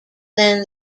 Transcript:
than